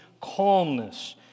calmness